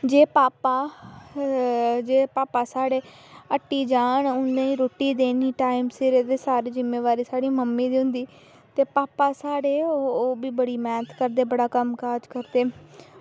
जे भापा जे भापा साढ़े हट्टी जान ते उनेंगी रुट्टी देनी टाईम दी ते सारी जिम्मेवनारी साढ़ी मम्मी दी होंदी ते भापा साढ़े ओह्बी बड़ी मैह्नत करदे बड़ा कम्म काज़ करदे